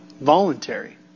voluntary